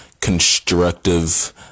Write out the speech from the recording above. constructive